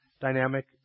dynamic